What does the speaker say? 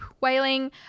wailing